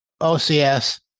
OCS